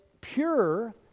pure